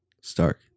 Stark